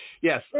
yes